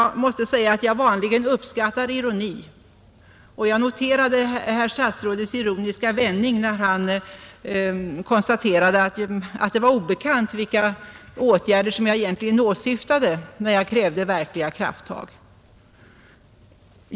Jag måste säga att jag vanligen uppskattar ironi, och jag noterade herr statsrådets ironiska vändning när han konstaterade att det var obekant vilka åtgärder som jag egentligen åsyftade när jag krävde verkliga krafttag.